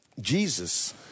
Jesus